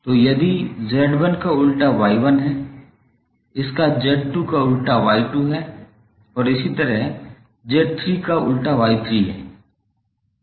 तो यदि Z1 का उल्टा Y1 है इसका Z2 का उल्टा Y2 है और इसी तरह Z3 का उल्टा Y3 है